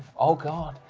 oh god,